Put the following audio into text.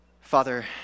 Father